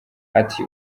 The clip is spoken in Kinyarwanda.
ati